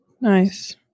Nice